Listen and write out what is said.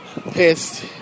Pissed